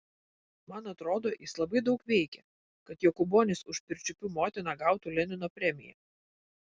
man atrodo jis labai daug veikė kad jokūbonis už pirčiupių motiną gautų lenino premiją